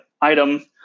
item